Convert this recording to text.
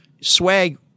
Swag